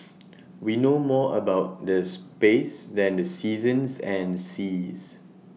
we know more about the space than the seasons and the seas